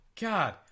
god